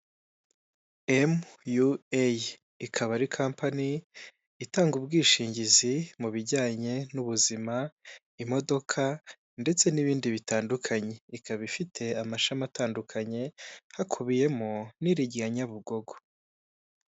Ikinyabiziga gishinzwe gukora imihanda kiri mu busitani ndetse inyuma y'ubwo busitani hari inganda izo nganda zisize amabara y'umweru n'urundi rusize irangi ry'ibara ry'icyatsi ryerurutse izo nganda ziri ahitaruye.